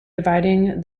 dividing